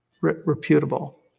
reputable